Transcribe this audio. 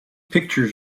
pictures